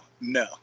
no